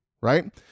right